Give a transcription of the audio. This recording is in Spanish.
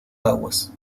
aguas